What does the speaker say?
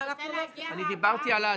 אני דיברתי על העתיד.